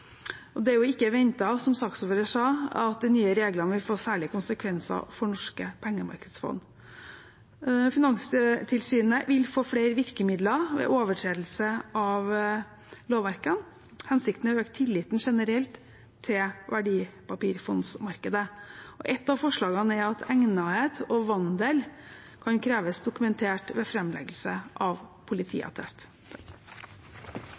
Det er ikke ventet, som saksordføreren sa, at de nye reglene vil få særlige konsekvenser for norske pengemarkedsfond. Finanstilsynet vil få flere virkemidler ved overtredelse av lovverket. Hensikten er å øke tilliten generelt til verdipapirfondmarkedet, og et av forslagene er at egnethet og vandel kan kreves dokumentert ved framleggelse av